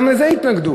גם לזה התנגדו.